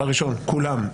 כולם.